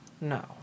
No